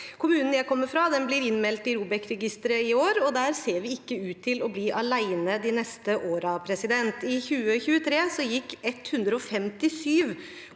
Kommunen jeg kommer fra, blir innmeldt til ROBEKregisteret i år, og der ser vi ikke ut til å bli alene de neste årene. I 2023 gikk 157